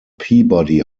peabody